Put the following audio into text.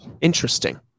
interesting